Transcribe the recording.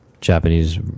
Japanese